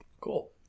Cool